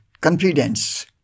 confidence